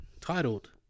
Titled